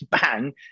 bang